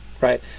right